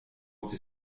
till